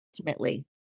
ultimately